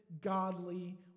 godly